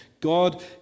God